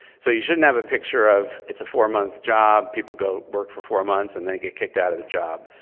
so you shouldn't have a picture of, it's a four month job, people go work for four months, and they get kicked out of the job.